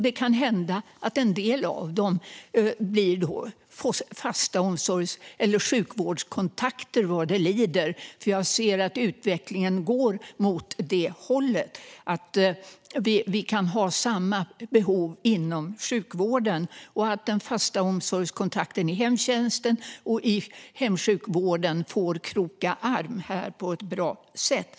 Det kan hända att en del av dem blir fasta omsorgs eller sjukvårdskontakter vad det lider, för jag ser att utvecklingen går åt det hållet att vi kan ha samma behov inom sjukvården. Då får den fasta omsorgskontakten i hemtjänsten och i hemsjukvården kroka arm på ett bra sätt.